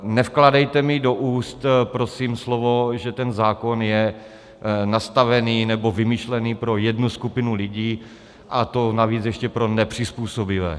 Nevkládejte mi do úst prosím slovo, že ten zákon je nastavený nebo vymyšlený pro jednu skupinu lidí, a to navíc ještě pro nepřizpůsobivé.